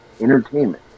Entertainment